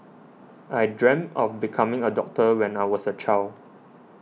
I dreamt of becoming a doctor when I was a child